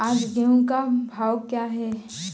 आज गेहूँ का भाव क्या है?